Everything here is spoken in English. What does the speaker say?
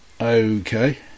Okay